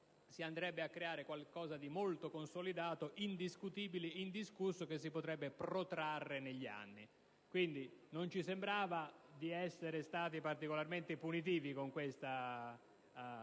modo a creare qualche cosa di molto consolidato, indiscutibile e indiscusso che si potrebbe protrarre negli anni. Non ci sembrava pertanto di essere stati particolare punitivi con questa misura, che,